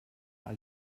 all